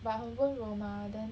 but 很温柔 mah then